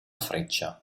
freccia